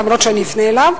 אף-על-פי שאני אפנה אליו.